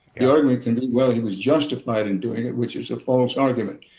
the argument can be, well, he was justified in doing it, which is a false argument.